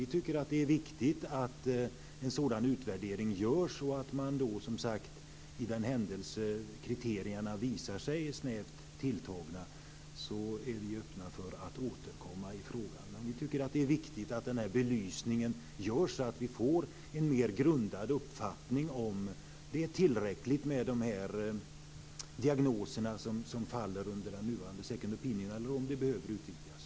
Vi tycker att det är viktigt att en sådan utvärdering görs, och i den händelse kriterierna visar sig snävt tilltagna är vi öppna för att återkomma i frågan. Vi tycker att det är viktigt att den här belysningen görs, så att vi får en mer grundad uppfattning om det är tillräckligt med de diagnoser som faller under nuvarande second opinion eller om de behöver utvidgas.